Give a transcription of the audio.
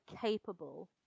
capable